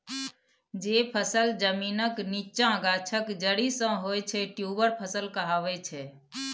जे फसल जमीनक नीच्चाँ गाछक जरि सँ होइ छै ट्युबर फसल कहाबै छै